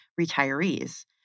retirees